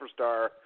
superstar